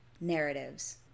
Narratives